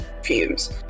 fumes